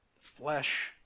flesh